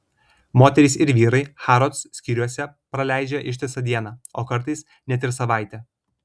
moterys ir vyrai harrods skyriuose praleidžia ištisą dieną o kartais net ir savaitę